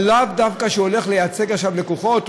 אבל הוא לאו דווקא לייצג לקוחות,